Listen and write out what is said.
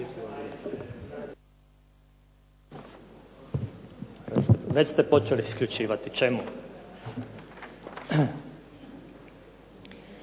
Već ste počeli isključivati. Čemu?